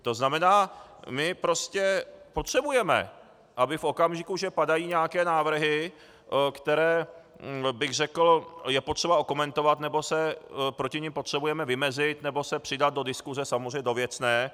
To znamená, my prostě potřebujeme, aby v okamžiku, že padají nějaké návrhy, které, bych řekl, je potřeba okomentovat, nebo se proti nim potřebujeme vymezit nebo se přidat do diskuse, samozřejmě do věcné.